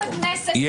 כי